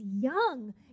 young